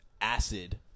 acid